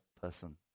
person